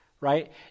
right